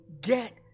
get